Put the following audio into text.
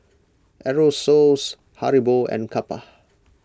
Aerosoles Haribo and Kappa